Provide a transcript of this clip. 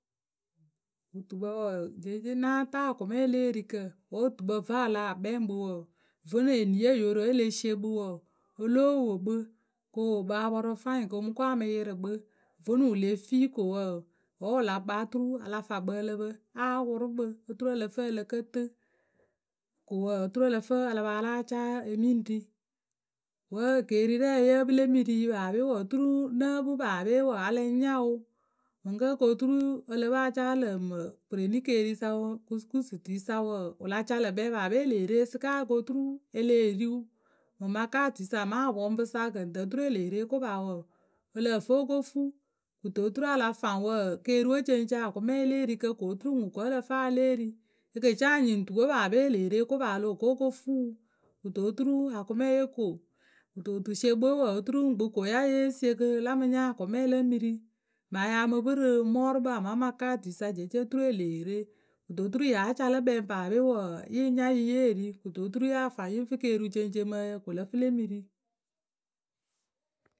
Wutukpǝ wǝǝ, jeece ŋ́ náa taa akʊme le e rikǝ. Wǝ́ wutukpǝ vǝ́ a lah kpɛŋ kpǝ wǝǝ, vonu eniye yo ro wǝ́ e le sie kpǝ wǝǝ, o lóo wo kpǝ, ko wo kpǝ a pɔrʊ fwaiŋ kɨ o mǝ ko a mǝ yɩrɩ kpǝ. Vonu wǝ le fii ko wǝǝ, wǝ́ wǝ la kpaa wǝ́ wǝ la kpaa oturu a la fa kpǝ ǝ lǝ pǝ, a wʊrʊ kpǝ oturu ǝ lǝ fǝ ǝ lǝ kǝ tɨɨ ko wǝǝ oturu ǝ lǝ fǝ a la pa ya a láa caa e mǝ ŋ ri. Wǝ́ ekeerirǝɛɛyǝ yǝ pɨ le mɨ ri yǝ paape wǝǝ, oturu nǝ́ǝ pɨ paape wǝǝ a lǝŋ nya wǝ mǝŋkǝ́ kɨ o turu ǝ lǝ pɨ a caa lǝ̈ mǝǝ pwrenenikeeriwǝ sa kusǝkusǝtui sa paape e lee re sɩka ko turu e lee ri wǝ mǝŋ makatui sa amaa apɔŋpǝ sa ǝkǝŋtǝ oturu e lee re kopaa wǝǝ ǝ lǝh fǝ o ko fuu. Kɨto oturu a la faŋ wǝǝ keeriwe ceŋceŋ akʊmeye le erikǝ ko oturu ŋwǝ wǝ́ ǝ lǝ fǝ a ya lɛ́e ri. Eke ce a nyɩŋ tuwe paape e lee re kopaa o loh ko o ko fuu wǝ. Kɨto oturu akʊmeye ko. Kɨto wutusiekpǝ we wǝǝ, oturu ŋkpɨ ko wǝ́ ya ye sie kɨ la mɨ nya akʊme le mɨ ri. Mǝŋ a ya mǝ pɨ rǝmɔɔrʊkpǝ amaa makaatui sa jeece oturu e lee re. Kɨto oturu ya ca lǝ kpɛ paape wǝǝ yǝ ŋ nya yǝ yeh ri Kɨto oturu ya faŋ yǝ ŋ fǝ keeriu ceŋceŋ mɨ ǝyǝ ko le mɨ ri.